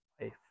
life